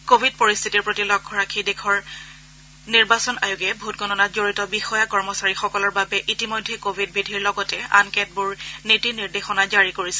ক ভিড পৰিস্থিতিৰ প্ৰতি লক্ষ্য ৰাখি দেশৰ নিৰ্বাচন আয়োগে ভোট গণনাত জড়িত বিষয়া কৰ্মচাৰীসকলৰ বাবে ইতিমধ্যে কোৱিড বিধিৰ লগতে আন কেতবোৰ নীতি নিৰ্দেশনা জাৰি কৰিছে